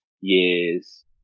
years